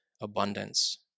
abundance